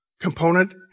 component